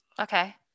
okay